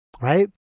right